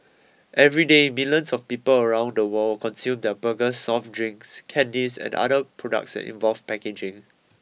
everyday millions of people around the world consume their burgers soft drinks candies and other products that involve packaging